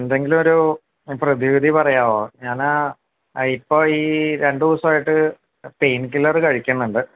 എന്തെങ്കിലുമൊരു പ്രതിവിധി പറയാമോ ഞാന് ഇപ്പോള് ഈ രണ്ട് ദിവസമായിട്ട് പെയിൻ കില്ലര് കഴിക്കുന്നുണ്ട്